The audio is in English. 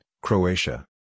Croatia